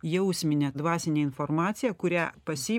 jausminę dvasinę informaciją kurią pas jį